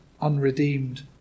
unredeemed